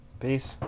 peace